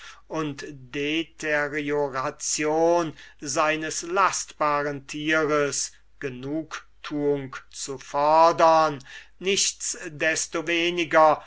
und deterioration seines lastbaren tieres genugtuung zu fordern